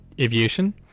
aviation